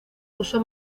uso